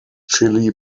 chili